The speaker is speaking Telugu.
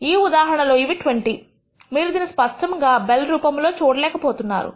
ఈ ఉదాహరణలో ఇవి 20 మీరు దీనిని స్పష్టంగా బెల్ రూపము లో చూడలేకపోతున్నారు